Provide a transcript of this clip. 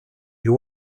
you